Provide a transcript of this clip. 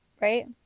right